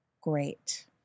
great